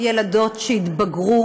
ילדות שהתבגרו